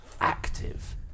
active